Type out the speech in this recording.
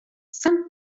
some